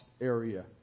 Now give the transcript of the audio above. area